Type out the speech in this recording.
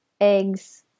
eggs